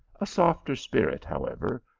a softer spirit, however,